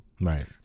right